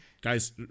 Guys